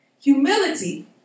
Humility